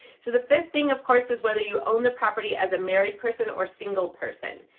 so the fifth thing of course is whether you own the property as a married person or single person.